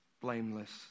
blameless